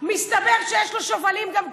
מסתבר שיש לו שובלים גם כאן.